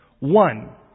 One